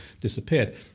disappeared